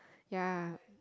ya